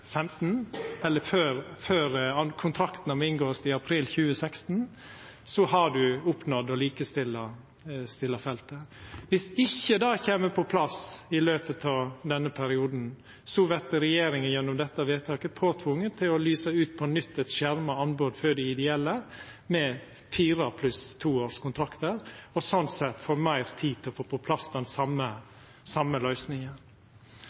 eller før kontraktane må vera inngått i april 2016 – har ein oppnådd å likestilla feltet. Viss ikkje dette kjem på plass i løpet av denne perioden, vert regjeringa gjennom dette vedtaket tvinga til på nytt å lysa ut eit skjerma anbod for dei ideelle med fire pluss to års kontraktar og slik sett få meir tid til å få på plass den